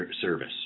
service